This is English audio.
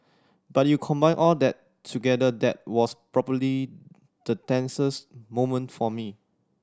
but you combine all that together that was probably the tensest moment for me